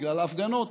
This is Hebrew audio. בגלל ההפגנות,